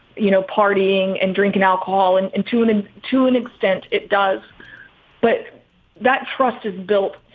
you know, partying and drinking alcohol and and tune in. to an extent it does but that trust is built